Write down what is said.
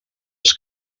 els